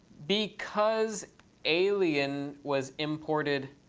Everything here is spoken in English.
because alien was imported